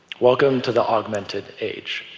welcome to the augmented age.